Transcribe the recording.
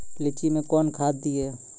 लीची मैं कौन खाद दिए?